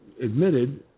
admitted